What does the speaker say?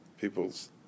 people's